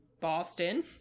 Boston